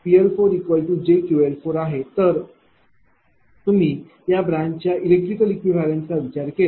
जर तुम्ही या ब्रांचच्या इलेक्ट्रिकल इक्विवलेंतचा विचार केला